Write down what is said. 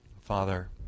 Father